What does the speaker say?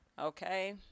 Okay